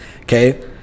Okay